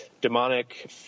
demonic